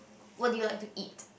what do you like to eat